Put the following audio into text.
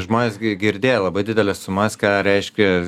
žmonės gi girdėję labai dideles sumas ką reiškia